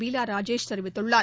பீலா ராஜேஷ் தெரிவித்துள்ளார்